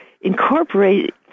incorporate